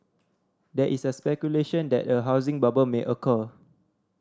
there is speculation that a housing bubble may occur